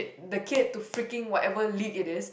the kid to freaking whatever league it is